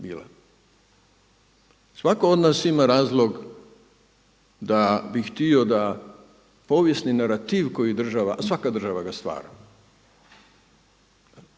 Svatko od nas ima razlog da bi htio da povijesni narativ koji država, a svaka država ga stvara